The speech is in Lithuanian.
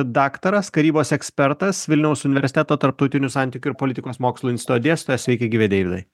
daktaras karybos ekspertas vilniaus universiteto tarptautinių santykių ir politikos mokslų instituto dėstytojas sveiki gyvi deividai